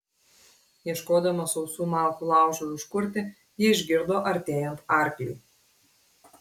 ieškodama sausų malkų laužui užkurti ji išgirdo artėjant arklį